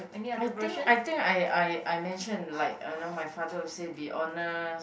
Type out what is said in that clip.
I think I think I I I mention like uh know my father would say be honest